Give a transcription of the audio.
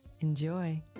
Enjoy